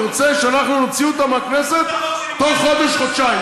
אני רוצה שאנחנו נוציא אותה מהכנסת תוך חודש-חודשיים.